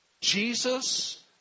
Jesus